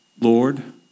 Lord